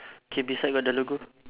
okay beside got the logo